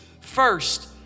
first